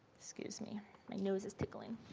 excuse me my nose is tickling.